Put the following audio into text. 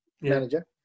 manager